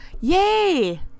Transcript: yay